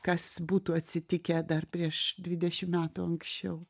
kas būtų atsitikę dar prieš dvidešim metų anksčiau